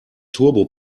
turbo